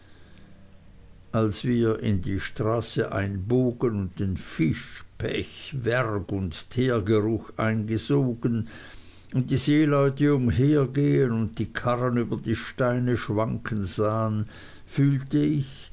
als wir in die straße einbogen und den fisch pech werg und teergeruch einsogen und die seeleute umhergehen und die karren über die steine schwanken sahen fühlte ich